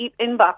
inbox